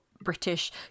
British